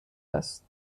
است